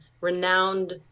renowned